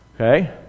Okay